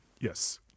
Yes